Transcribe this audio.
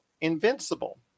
Invincible